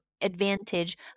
advantage